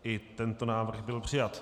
I tento návrh byl přijat.